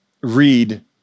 read